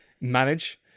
manage